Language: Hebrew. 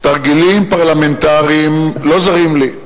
תרגילים פרלמנטריים לא זרים לי.